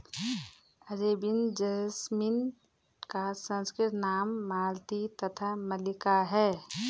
Arabian jasmine का संस्कृत नाम मालती तथा मल्लिका है